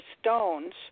stones